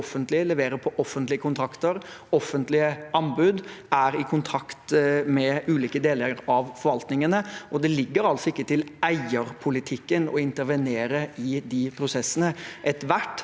offentlige, leverer på offentlige kontrakter og offentlige anbud og er i kontrakt med ulike deler av forvaltningen. Det ligger ikke til eierpolitikken å intervenere i de prosessene. Ethvert